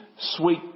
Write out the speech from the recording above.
sweet